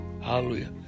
Hallelujah